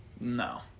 No